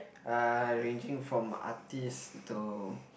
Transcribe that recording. uh ranging from artiste to